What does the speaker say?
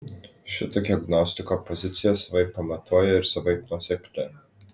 šitokia gnostiko pozicija savaip pamatuota ir savaip nuosekli